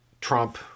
Trump